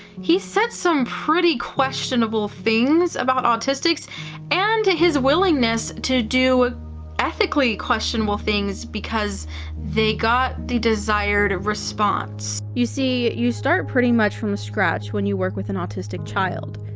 he said some pretty questionable things about autistics and his willingness to do ethically questionable things because they got the desired response. you see, you start pretty much from scratch when you work with an autistic child.